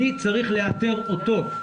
אני צריך לאתר אותו.